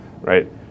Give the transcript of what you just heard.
right